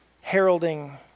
heralding